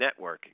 networking